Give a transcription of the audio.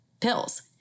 pills